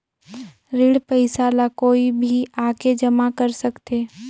ऋण पईसा ला कोई भी आके जमा कर सकथे?